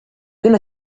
gonna